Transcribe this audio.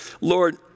Lord